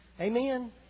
Amen